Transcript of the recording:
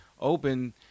open